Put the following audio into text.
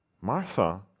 Martha